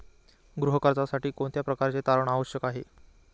गृह कर्जासाठी कोणत्या प्रकारचे तारण आवश्यक आहे?